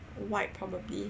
white probably